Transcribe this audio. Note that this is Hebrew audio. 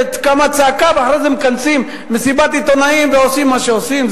וקמה צעקה ואחרי זה מכנסים מסיבת עיתונאים ועושים מה שעושים?